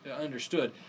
understood